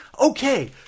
Okay